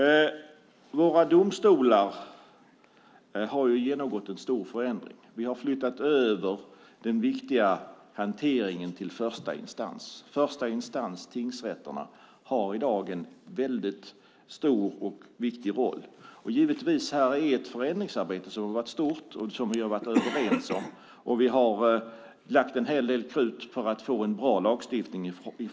Våra domstolar har genomgått en stor förändring. Vi har flyttat över den viktiga hanteringen till första instans, tingsrätterna, som i dag har en väldigt stor och viktig roll. Givetvis är det här ett förändringsarbete som har varit stort och som vi har varit överens om. Vi från alliansen har lagt en hel del krut på slutet för att få en bra lagstiftning.